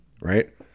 right